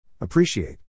Appreciate